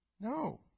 No